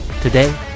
Today